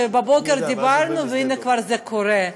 שבבוקר דיברנו והנה זה כבר קורה.